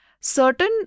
Certain